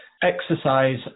Exercise